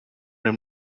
him